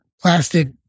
plastic